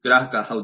ಗ್ರಾಹಕ ಹೌದು